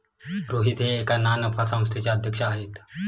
रोहित हे एका ना नफा संस्थेचे अध्यक्ष आहेत